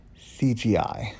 CGI